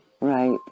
Right